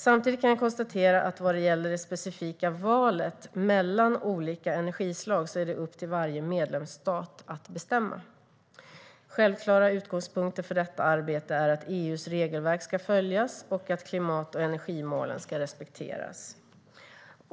Samtidigt kan jag konstatera att det specifika valet mellan olika energislag är upp till varje medlemsstat att bestämma. Självklara utgångspunkter för detta arbete är att EU:s regelverk ska följas och att klimat och energimålen ska respekteras.